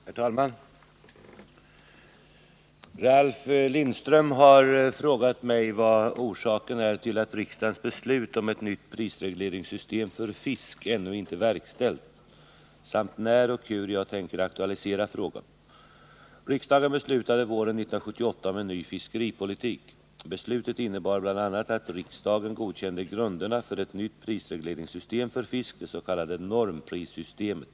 Herr talman! Ralf Lindström har frågat mig vad orsaken är till att riksdagens beslut om ett nytt prisregleringssystem för fisk ännu inte verkställts samt när och hur jag tänker aktualisera frågan. Riksdagen beslutade våren 1978 om en ny fiskeripolitik. Beslutet innebar bl.a. att riksdagen godkände grunderna för ett nytt prisregleringssystem för fisk, det s.k. normprissystemet.